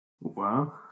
Wow